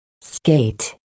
Skate